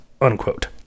unquote